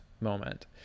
moment